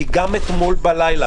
כי גם אתמול בלילה,